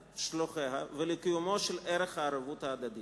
שלוחיה, ולקיומו של ערך הערבות ההדדית.